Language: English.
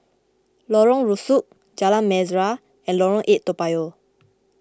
Lorong Rusuk Jalan Mesra and Lorong eight Toa Payoh